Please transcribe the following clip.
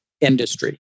industry